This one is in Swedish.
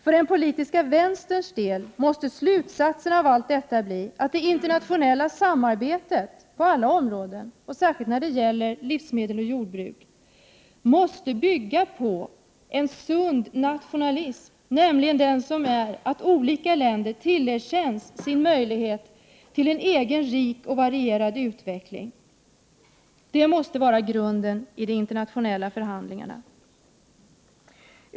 För den politiska vänsterns del måste slutsatsen av allt detta bli att det internationella samarbetet på alla områden — och särskilt när det gäller livsmedel och jordbruk — måste bygga på en sund nationalism, nämligen den som innebär att olika länder tillerkänns en möjlighet till en egen rik och varierad utveckling. Det måste vara grunden i de internationella förhandlingarna.